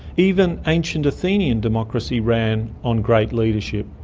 even ancient athenian democracy ran on great leadership,